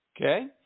okay